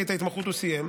כי את ההתמחות הוא סיים,